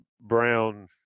Brown –